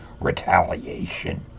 retaliation